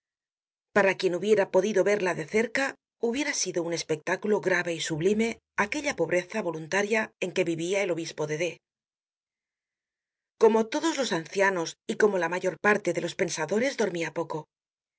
para quien hubiera podido verla de cerca hubiese sido un espectáculo grave y sublime aquella pobreza voluntaria en que vivia el obispo de d como todos los ancianos y como la mayor parte de los pensadores dormia poco